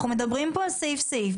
אנחנו מדברים על סעיף סעיף,